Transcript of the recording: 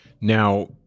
Now